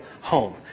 home